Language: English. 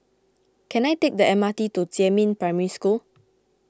can I take the M R T to Jiemin Primary School